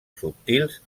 subtils